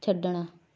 ਛੱਡਣਾ